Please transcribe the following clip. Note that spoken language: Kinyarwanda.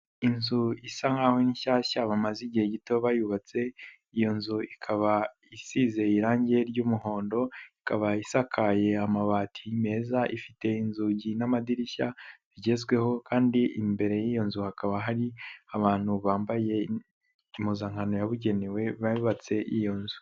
Inzu isa nkaho ari nshyashya bamaze igihe gito bayubatse iyo nzu ikaba isize irange ry'umuhondo, ikaba isakaye amabati meza ifite inzugi n'amadirishya bigezweho kandi imbere y'iyo nzu hakaba hari abantu bambaye impuzankano yabugenewe bubatse iyo nzu.